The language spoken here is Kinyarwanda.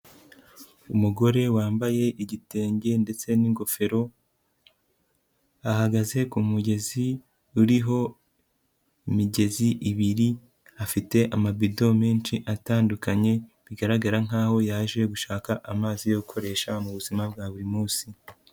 Umugore wambaye igitenge ndetse n'ingofero, ahagaze ku mugezi uriho imigezi ibiri, afite amabido menshi atandukanye bigaragara nkaho yaje gushaka amazi yo gukoresha mu buzima bwa buri munsi.